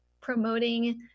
promoting